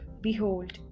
Behold